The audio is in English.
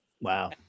wow